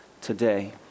today